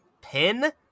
pin